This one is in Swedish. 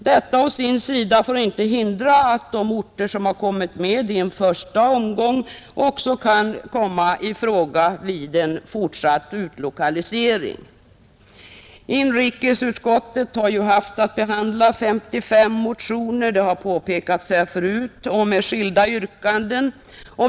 Detta å sin sida får inte hindra att de orter som tagits med i en första omgång också kan komma i fråga vid en fortsatt utlokalisering. Inrikesutskottet har, som redan påpekats, haft att behandla 55 motioner med skilda yrkanden.